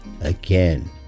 Again